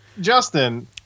Justin